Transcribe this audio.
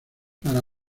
para